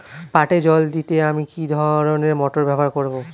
পাটে জল দিতে আমি কি ধরনের মোটর ব্যবহার করব?